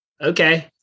okay